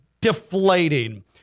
deflating